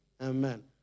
Amen